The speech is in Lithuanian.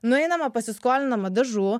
nueinama pasiskolinama dažų